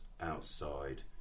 outside